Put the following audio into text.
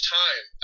time